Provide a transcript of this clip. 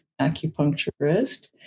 acupuncturist